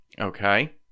Okay